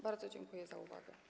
Bardzo dziękuję za uwagę.